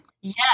Yes